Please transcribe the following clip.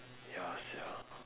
ya sia